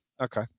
Okay